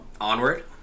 Onward